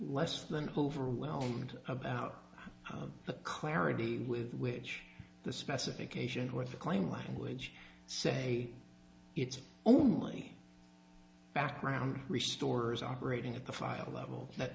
less than overwhelmed about the clarity with which the specification was a claim language say it's only background restores operating at the file level that